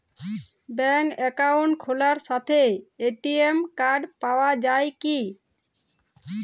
ব্যাঙ্কে অ্যাকাউন্ট খোলার সাথেই এ.টি.এম কার্ড পাওয়া যায় কি?